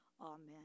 Amen